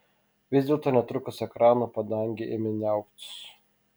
vis dėlto netrukus ekrano padangė ėmė niauktis